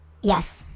Yes